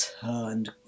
turned